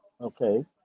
Okay